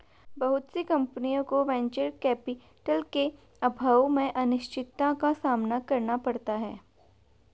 बहुत सी कम्पनियों को वेंचर कैपिटल के अभाव में अनिश्चितता का सामना करना पड़ता है